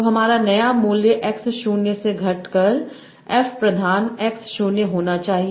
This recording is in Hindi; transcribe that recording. तो हमारा नया मूल्य x शून्य से घटाकर f प्रधान x शून्य होना चाहिए